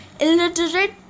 illiterate